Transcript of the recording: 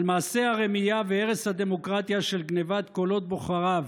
על מעשי הרמייה והרס הדמוקרטיה של גנבת קולות בוחריו